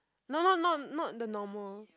no no not not the normal